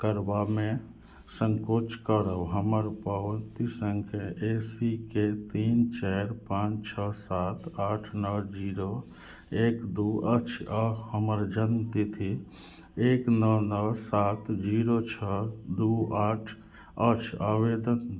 करबामे संकोच करब हमर पावती संख्या ए सीके तीन चारि पाँच छओ सात आठ नओ जीरो एक दू अछि आ हमर जन्म तिथि एक नओ नओ सात जीरो छओ दू आठ अछि आवेदन